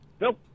nope